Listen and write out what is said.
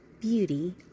beauty